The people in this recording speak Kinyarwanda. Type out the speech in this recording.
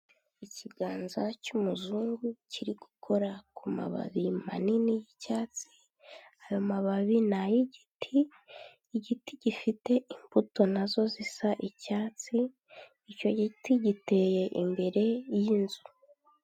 Ikiganza cy'umuzungu kiri gukora ku mababi manini y'icyatsi ayo mababi ni ay'igiti, igiti gifite imbuto nazo zisa icyatsi icyo giti giteye imbere y'inzu.